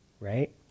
right